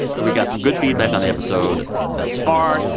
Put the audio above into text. we got some good feedback on the episode thus far.